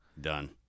done